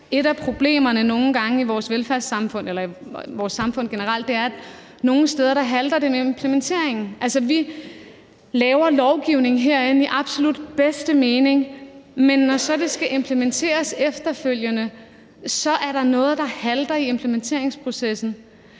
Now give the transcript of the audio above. eller vores samfund generelt, at det nogle steder halter med implementeringen. Vi laver lovgivning herinde i absolut bedste mening, men når så det skal implementeres efterfølgende, er der noget, der halter i implementeringsprocessen.